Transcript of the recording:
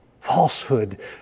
Falsehood